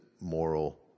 moral